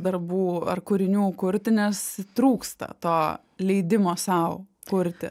darbų ar kūrinių kurti nes trūksta to leidimo sau kurti